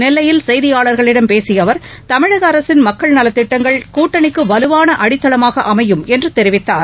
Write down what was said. நெல்லையில் செய்தியாளர்களிடம் பேசிய அவர் தமிழக அரசின் மக்கள் நலத்திட்டங்கள் கூட்டணிக்கு வலுவான அடித்தளமாக அமையும் என்று தெரிவித்தார்